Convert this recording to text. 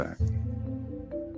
back